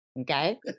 okay